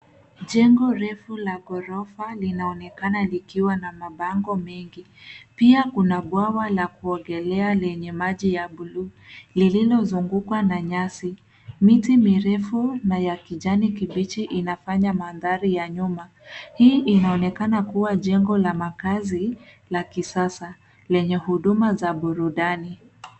Jengo refu la ghorofa linaonekana likiwa na mabango mengi. Pia kuna bwawa la kuogelea yenye maji ya blue lililozungukwa na nyasi. Miti mirefu na ya kijani kibichi inafanya mandhari ya nyuma. Hii inaonekana kuwa jengo la makazi la kisasa lenye huduma za burudani.